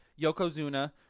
Yokozuna